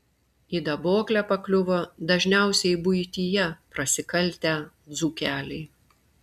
į daboklę pakliuvo dažniausiai buityje prasikaltę dzūkeliai